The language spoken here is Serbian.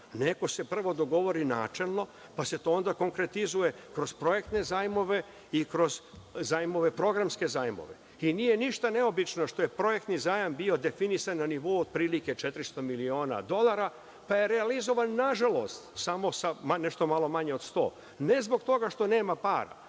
Neko se prvo dogovori načelno, pa se to onda konkretizuje kroz projektne zajmove i kroz programske zajmove. Nije ništa neobično što je projektni zajam bio definisan na nivou otprilike 400 miliona dolara, pa je realizovan, nažalost, samo sa nešto malo manje od 100. Ne zbog toga što nema para,